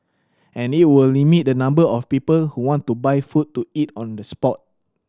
and it will limit the number of people who want to buy food to eat on the spot